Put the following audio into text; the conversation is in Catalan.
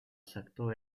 sector